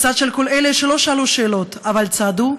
מצד של כל אלה שלא שאלו שאלות אבל צעדו,